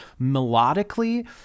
melodically